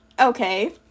okay